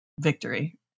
victory